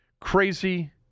Crazy